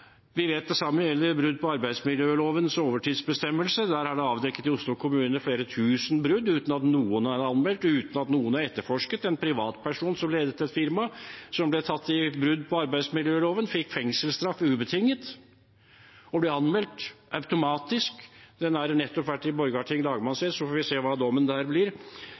Vi vet at det samme gjelder ved brudd på arbeidsmiljølovens overtidsbestemmelser. Der er det i Oslo kommune avdekket flere tusen brudd uten at noen har anmeldt eller etterforsket. En privatperson som ledet et firma og ble tatt i brudd på arbeidsmiljøloven, fikk ubetinget fengselsstraff og ble anmeldt automatisk. Saken har nettopp vært i Borgarting lagmannsrett, og vi får se hva dommen der blir.